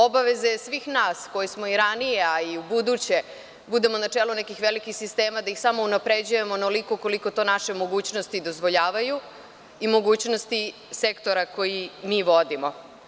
Obaveza svih nas, koji smo ranije a i ubuduće da budemo na čelu velikih sistema i da ih unapređujemo samo onoliko koliko to naše mogućnosti dozvoljavaju i mogućnosti sektora koji vodimo.